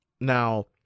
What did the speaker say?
Now